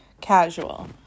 casual